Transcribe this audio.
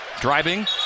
Driving